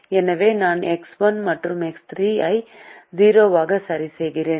எனவே நான் எக்ஸ் 1 மற்றும் எக்ஸ் 3 ஐ 0 ஆக சரிசெய்கிறேன்